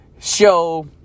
show